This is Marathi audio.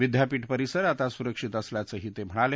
विद्यापीठ परिसर आता सुरक्षित असल्याचंही ते म्हणाले